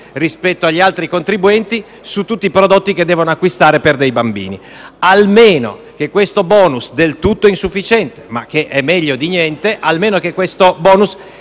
rispetto agli altri contribuenti, su tutti i prodotti che devono acquistare per i bambini. Chiediamo almeno che questo *bonus*, del tutto insufficiente, ma che è meglio di niente, sia pianificato per